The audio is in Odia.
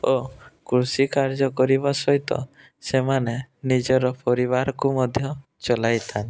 ଓ କୃଷି କାର୍ଯ୍ୟ କରିବା ସହିତ ସେମାନେ ନିଜର ପରିବାରକୁ ମଧ୍ୟ ଚଲାଇଥାନ୍ତି